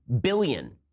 billion